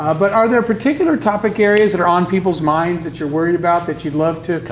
ah but are there particular topic areas that are on people's minds that you're worried about, that you'd love to